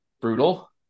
brutal